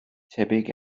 tebyg